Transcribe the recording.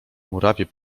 murawie